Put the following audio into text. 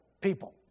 people